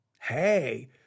Hey